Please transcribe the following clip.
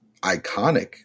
iconic